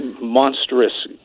monstrous